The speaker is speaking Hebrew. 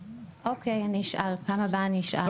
אוקי אני אשאל, פעם הבאה אני אשאל.